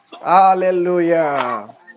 Hallelujah